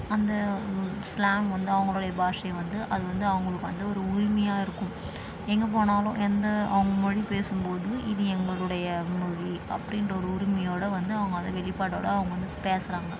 அந்த ஊர் ஸ்லாங் வந்து அவங்களுடைய பாஷை வந்து அது வந்து அவங்களுக்கு வந்து ஒரு உரிமையாக இருக்கும் எங்கே போனாலும் எந்த அவங்க மொழி பேசும்போதும் இது எங்களுடைய மொழி அப்படின்ற ஒரு உரிமையோடு வந்து அவங்க அதை வெளிப்பாடோடு அவங்க வந்து பேசுகிறாங்க